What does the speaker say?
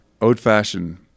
Old-fashioned